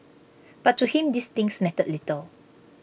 but to him these things mattered little